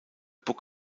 book